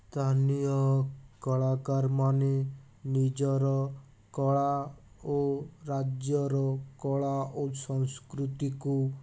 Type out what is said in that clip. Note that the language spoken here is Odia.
ସ୍ଥାନୀୟ କଳାକାରମାନେ ନିଜର କଳା ଓ ରାଜ୍ୟର କଳା ଓ ସଂସ୍କୃତିକୁ